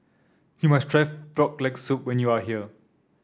you must try Frog Leg Soup when you are here